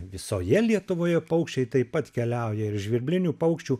visoje lietuvoje paukščiai taip pat keliauja ir žvirblinių paukščių